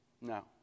no